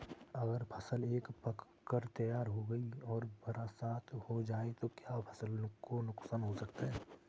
अगर फसल पक कर तैयार हो गई है और बरसात हो जाए तो क्या फसल को नुकसान हो सकता है?